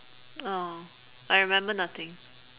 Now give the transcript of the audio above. oh I remember nothing